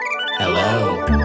Hello